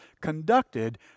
conducted